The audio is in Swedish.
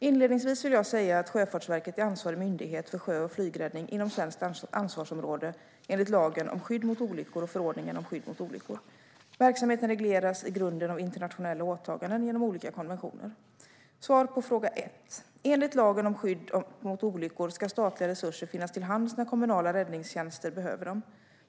Inledningsvis vill jag säga att Sjöfartsverket är ansvarig myndighet för sjö och flygräddning inom svenskt ansvarsområde enligt lagen om skydd mot olyckor och förordningen om skydd mot olyckor. Verksamheten regleras i grunden av internationella åtaganden genom olika konventioner. Svar på fråga 1: Enligt lagen om skydd mot olyckor ska statliga resurser finnas till hands när kommunala räddningstjänster behöver dem.